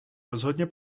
rozhodně